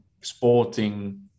sporting